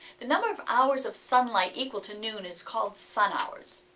the number of hours of sunlight equal to noon is called sun hours.